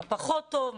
מה פחות טוב,